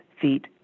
feet